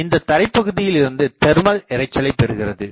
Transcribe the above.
இது தரைப்பகுதியில் இருந்து தெர்மல் இரைச்சலை பெறுகிறது